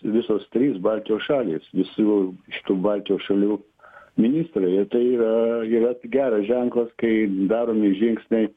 visos trys baltijos šalys visų šitų baltijos šalių ministrai ir tai yra yra geras ženklas kai daromi žingsniai